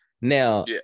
Now